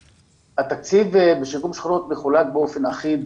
התקציב בשיקום שכונות מחולק באופן אחיד